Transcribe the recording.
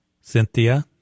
Cynthia